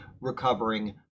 recovering